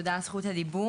תודה על זכות הדיבור.